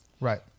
Right